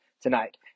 tonight